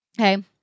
Okay